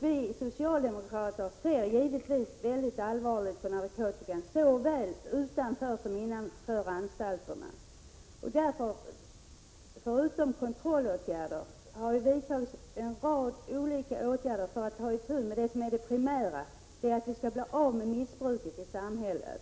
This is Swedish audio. Vi socialdemokrater ser givetvis mycket allvarligt på narkotikan såväl utanför som inne på anstalterna. Förutom kontrollåtgärder har vi därför vidtagit en rad olika åtgärder för att ta itu med det som är det primära: att vi skall bli av med missbruket i samhället.